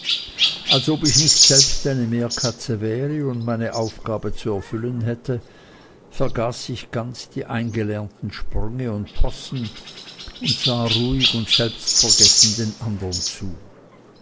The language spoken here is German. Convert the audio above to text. als ob ich nicht selbst eine meerkatze wäre und meine aufgabe zu erfüllen hätte vergaß ich ganz die eingelernten sprünge und possen und sah ruhig und selbstvergessen den anderen zu